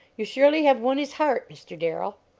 you surely have won his heart, mr. darrell.